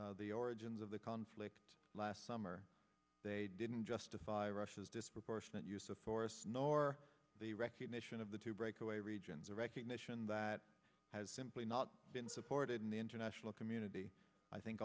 whatever the origins of the conflict last summer they didn't justify russia's disproportionate use of force nor the recognition of the two breakaway regions a recognition that has simply not been supported and the international community i think